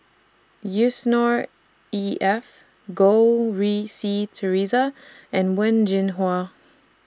Yusnor E F Goh Rui Si Theresa and Wen Jinhua